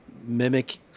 mimic